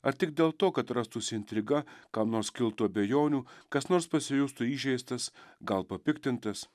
ar tik dėl to kad rastųsi intriga kam nors kiltų abejonių kas nors pasijustų įžeistas gal papiktintas